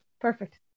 Perfect